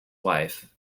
wife